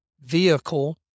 vehicle